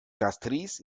castries